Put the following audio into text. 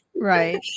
Right